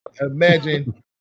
Imagine